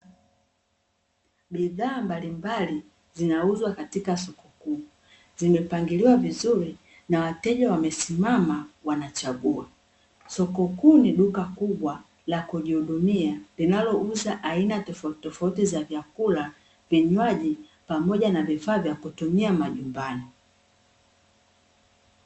Bidhaa mbalimbali zinauzwa katika soko kuu, zimepangiliwa vizuri na wateja wamesimama wanachagua. Soko kuu ni duka kubwa la kujihudumia linalouza aina tofautitofauti za vyakula, vinywaji, pamoja na vifaa vya kutumia majumbani.